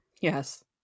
Yes